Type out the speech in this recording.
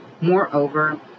Moreover